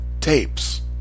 tapes